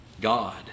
God